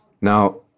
Now